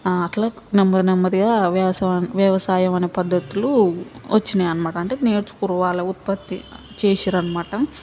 అట్లా నెమ్మది నెమ్మదిగా వ్యసా వ్యవసాయం అనే పద్ధతులు వచ్చినాయి అనమాట అంటే నేర్చుకుర్రు వాళ్ళ ఉత్పత్తి చేసిర్రు అనమాట